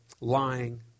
lying